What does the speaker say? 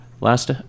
last